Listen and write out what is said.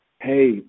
hey